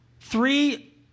three